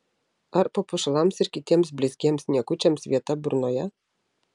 ar papuošalams ir kitiems blizgiems niekučiams vieta burnoje